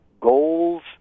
goals